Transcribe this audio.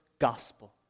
gospel